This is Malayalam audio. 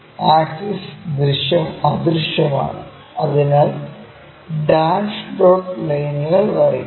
ആക്സിസ് അദൃശ്യമാണ് അതിനാൽ ഡാഷ് ഡോട്ട് ലൈനുകൾ വരയ്ക്കുന്നു